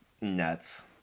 nuts